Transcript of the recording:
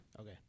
Okay